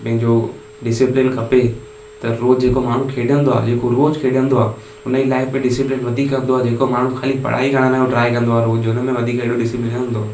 पंहिंजो डिसिप्लिन खपे त रोज़ु जेको माण्हू खेॾंदो आहे जेको रोज़ु खेॾंदो आहे हुनजी लाइफ में डिसिप्लिन वधीक हलंदो आहे जेको माण्हू ख़ाली पढाई करण जो ट्राए कंदो आहे रोज़ु हुन मे वधीक हेॾो डिसिप्लिन न हूंदो आहे